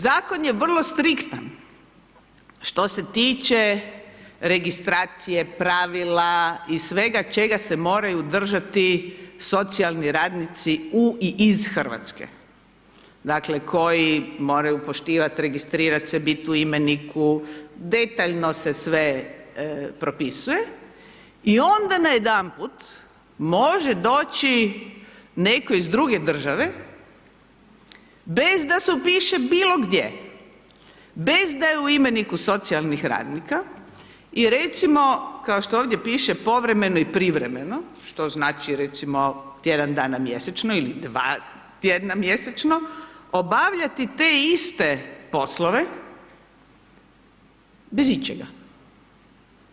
Zakon je vrlo striktan, što se tiče registracije, pravila i svega čega se moraju držati socijalni radnici u i iz RH, dakle, koji moraju poštivat, registrirat se, bit u imeniku, detaljno se sve propisuje i onda najedanput može doći netko iz druge države bez da se upiše bilo gdje, bez da je u imeniku socijalnih radnika i recimo, kao što ovdje piše, povremeno i privremeno, što znači recimo, tjedan dana mjesečno ili dva tjedna mjesečno obavljati te iste poslove bez ičega.